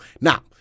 Now